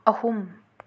ꯑꯍꯨꯝ